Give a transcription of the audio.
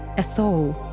a soul,